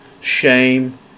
shame